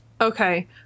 Okay